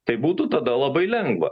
tai būtų tada labai lengva